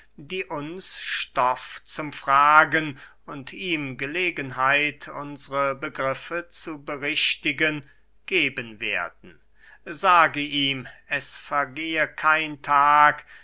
die uns stoff zum fragen und ihm gelegenheit unsre begriffe zu berichtigen geben werden sage ihm es vergehe kein tag